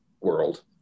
world